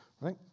Right